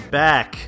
back